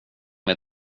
med